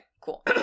cool